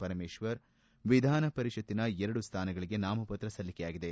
ಪರಮೇಶ್ವರ್ ವಿಧಾನಪರಿಷಕ್ತಿನ ಎರಡು ಸ್ಥಾನಗಳಿಗೆ ನಾಮಪತ್ರ ಸಲ್ಲಿಸಲಾಗಿದೆ